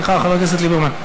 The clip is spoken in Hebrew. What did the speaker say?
סליחה, חבר הכנסת ליברמן.